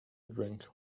drink